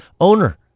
owner